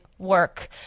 work